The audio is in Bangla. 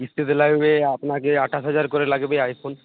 কিস্তিতে লাগবে আপনাকে আঠাশ হাজার করে লাগবে আই ফোন